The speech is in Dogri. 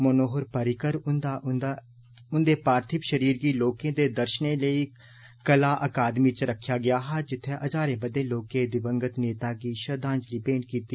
मनोहर पर्रिकर हुन्दे पार्थिव षरीर गी लोकें दे दर्षनें लेई कला अकादमी च रखेआ गेदा हा जित्थे हजारे बद्दे लोक दिवगंत नेता गी श्रद्दांजलि भेंट कीती